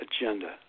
agenda